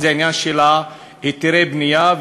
עניין היתרי הבנייה,